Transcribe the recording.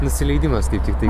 nusileidimas kaip tiktai